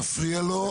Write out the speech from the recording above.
בבקשה לא להפריע לו.